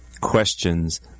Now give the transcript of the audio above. questions